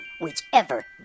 whichever